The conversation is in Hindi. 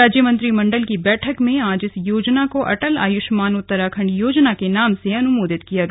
राज्य मंत्रिमण्डल की बैठक में आज इस योजना को अटल आयुष्मान उत्तराखण्ड योजना के नाम से अनुमोदित किया गया